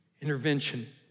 intervention